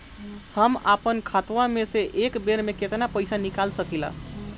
हम आपन खतवा से एक बेर मे केतना पईसा निकाल सकिला?